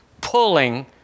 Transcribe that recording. pulling